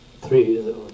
Three